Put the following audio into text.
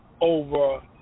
over